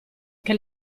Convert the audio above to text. che